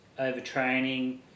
overtraining